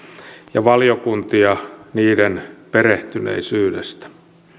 ja valiokuntia niiden perehtyneisyydestä